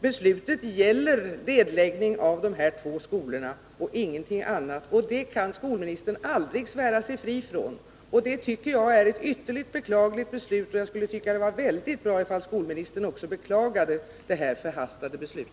Beslutet gäller nedläggning av de här två skolorna och ingenting annat, och det kan skolministern aldrig svära sig fri från. Jag tycker att det är ett ytterligt beklagligt beslut, och det skulle vara väldigt bra ifall skolministern också beklagade detta förhastade beslut.